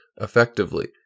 effectively